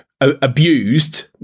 abused